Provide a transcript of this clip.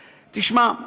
תשמע,